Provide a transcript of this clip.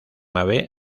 ave